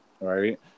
right